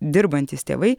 dirbantys tėvai